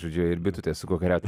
žodžiu ir bitutės su kuo kariaut